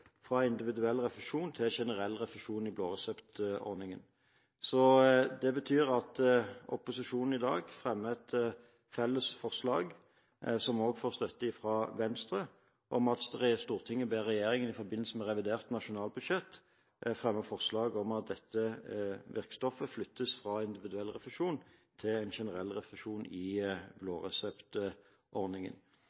fra individuell refusjon til generell refusjon i blåreseptordningen. Det betyr at opposisjonen i dag fremmer et felles forslag, som får støtte fra Venstre, om at Stortinget ber regjeringen i forbindelse med revidert nasjonalbudsjett fremme forslag om at dette virkestoffet flyttes fra individuell refusjon til en generell refusjon i